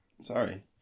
Sorry